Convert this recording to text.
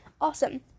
Awesome